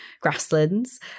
grasslands